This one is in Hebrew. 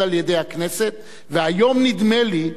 חברת הכנסת תירוש, יש לי הרבה כבוד אלייך.